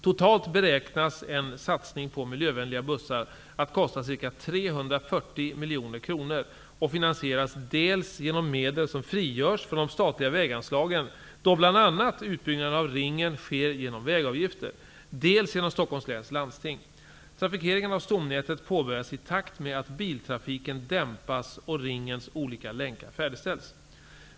Totalt beräknas en satsning på miljövänliga bussar att kosta ca 340 miljoner kronor och finansieras dels genom medel som frigörs från de statliga väganslagen då bl.a.